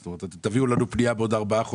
זאת אומרת, תביאו לנו פנייה בעוד ארבעה חודשים,